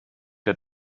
der